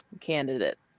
candidate